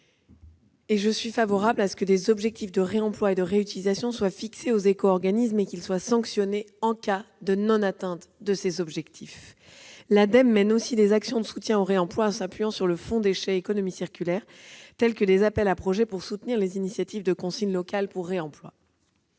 REP. Je suis favorable à ce que des objectifs de réemploi et de réutilisation soient fixés aux éco-organismes et qu'ils soient sanctionnés en cas de non-atteinte de ces objectifs. L'Ademe mène aussi des actions en faveur du réemploi en s'appuyant sur le fonds déchets-économie circulaire- je pense aux appels à projets pour soutenir les initiatives des consignes locales pour réemploi.